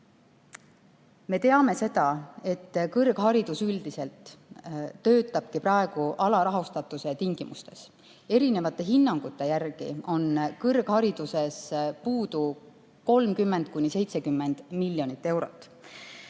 Me teame, et kõrgharidus üldiselt töötabki praegu alarahastatuse tingimustes. Erinevate hinnangute järgi on kõrghariduses puudu 30–70 miljonit eurot.